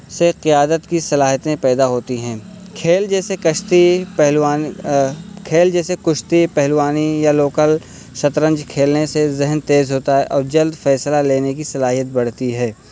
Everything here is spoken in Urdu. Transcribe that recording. سے قیادت کی صلاحیتیں پیدا ہوتی ہیں کھیل جیسے کشتی پہلوان کھیل جیسے کشتی پہلوانی یا لوکل شطرنج کھیلنے سے ذہن تیز ہوتا ہے اور جلد فیصلہ لینے کی صلاحیت بڑھتی ہے